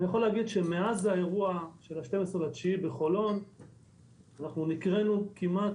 להגיד שמאז האירוע של ה-12 בספטמבר בחולון נקראנו כמעט